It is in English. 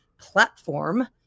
platform